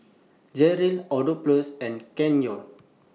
Jeryl Adolphus and Kenyon